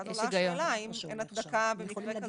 ואז עולה השאלה האם אין הצדקה במקרה כזה